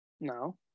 No